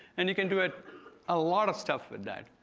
and you can do it a lot of stuff with that.